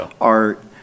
art